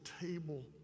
table